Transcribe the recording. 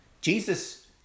Jesus